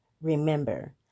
Remember